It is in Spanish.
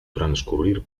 transcurrir